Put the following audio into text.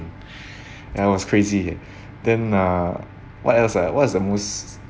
that was crazy then uh what else ah what's the most